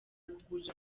kugurira